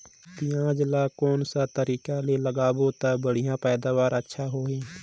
पियाज ला कोन सा तरीका ले लगाबो ता बढ़िया पैदावार अच्छा होही?